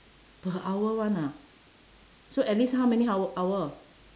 per hour [one] ah so at least how many hou~ hour